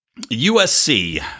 USC